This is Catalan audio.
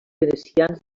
venecians